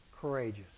courageous